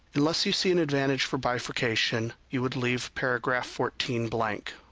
unless you see an advantage for bifurcation you would leave paragraph fourteen blank.